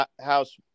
house